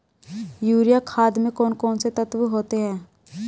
Urea खाद में कौन कौन से तत्व होते हैं?